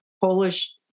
Polish